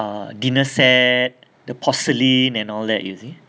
ah dinner set the porcelain and all that you see